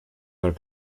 their